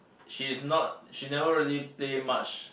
she's not she never really play much